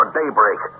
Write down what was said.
daybreak